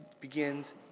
begins